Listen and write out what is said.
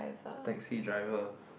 taxi driver